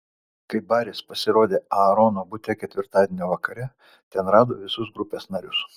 kai baris pasirodė aarono bute ketvirtadienio vakare ten rado visus grupės narius